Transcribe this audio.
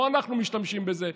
לא אנחנו משתמשים בזה,